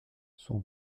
son